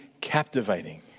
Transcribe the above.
captivating